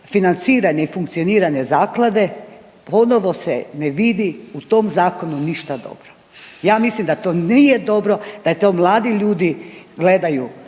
financiranje i funkcioniranje zaklade ponovo se ne vidi u tom zakonu ništa dobro. Ja mislim da to nije dobro, da to mladi ljudi gledaju